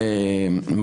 חד-משמעית.